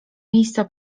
miejsca